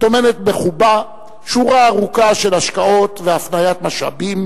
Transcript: טומנת בחובה שורה ארוכה של השקעות והפניית משאבים,